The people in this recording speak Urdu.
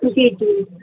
جی جی